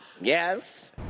yes